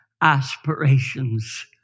aspirations